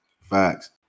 Facts